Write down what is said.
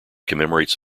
commemorates